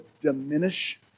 diminish